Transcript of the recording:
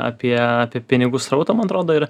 apie apie pinigų srautą man atrodo ir